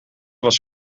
was